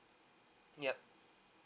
yup